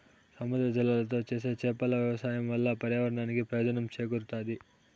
సముద్ర జలాలతో చేసే చేపల వ్యవసాయం వల్ల పర్యావరణానికి ప్రయోజనం చేకూరుతాది